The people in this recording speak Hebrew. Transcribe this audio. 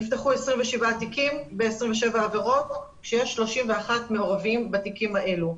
נפתחו 27 תיקים ב-27 עבירות ויש 31 מעורבים בתיקים האלו.